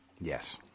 Yes